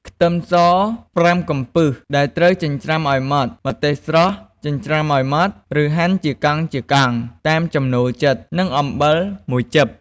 ខ្ទឹមស ៥ កំពឹស ដែលត្រូវចិញ្ច្រាំឱ្យម៉ដ្ឋ ម្ទេសស្រស់ ចិញ្ច្រាំឱ្យម៉ដ្ឋ ឬហាន់ជាកង់ៗ តាមចំណូលចិត្ត និង អំបិល ១ចិប ។